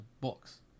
books